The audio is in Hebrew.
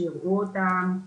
שייראו אותם,